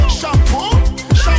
shampoo